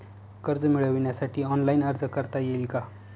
कर्ज मिळविण्यासाठी ऑनलाइन अर्ज करता येईल का?